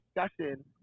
discussion